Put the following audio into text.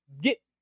get